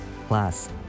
Plus